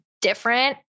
different